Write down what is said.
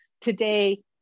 Today